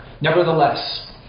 Nevertheless